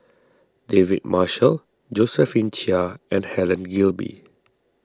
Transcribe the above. David Marshall Josephine Chia and Helen Gilbey